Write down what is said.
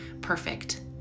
perfect